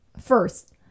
first